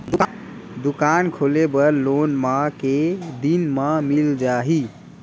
दुकान खोले बर लोन मा के दिन मा मिल जाही?